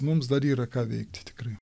mums dar yra ką veikti tikrai